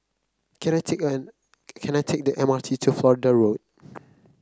can I take an can I take the M R T to Florida Road